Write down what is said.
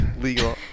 Legal